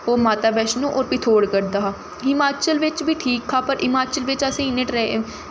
ओह् माता बैष्णो होर पिथोरगढ़ दा हा हिमाचल बिच्च बी ठीक हा पर हिमाचल बिच्च असें गी इ'नें ट्रे